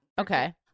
Okay